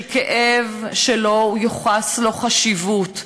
של כאב שלא יוחסה לו חשיבות,